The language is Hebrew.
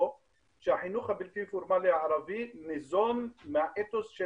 או שהחינוך הבלתי פורמלי הערבי ניזון מהאתוס של